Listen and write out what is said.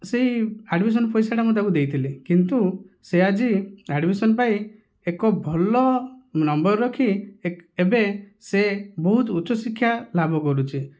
ସେଇ ଆଡ଼ମିସନ ପଇସାଟା ମୁଁ ତାକୁ ଦେଇଥିଲି କିନ୍ତୁ ସେ ଆଜି ଆଡ଼ମିସନ ପାଇଁ ଏକ ଭଲ ନମ୍ବର ରଖି ଏବେ ସେ ବହୁତ ଉଚ୍ଚ ଶିକ୍ଷା ଲାଭ କରୁଛି